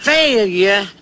Failure